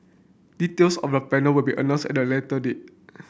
details of the panel will be announced at a later date